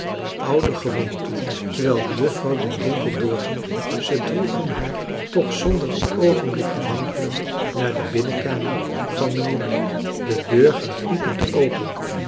ouder gewoonte terwijl de juffrouw den winkel doorging ze droegen haar toch zonder een oogenblik te wankelen naar de binnenkamer van mijnheer blik de deur ging piepend open